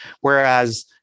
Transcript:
Whereas